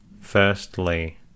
Firstly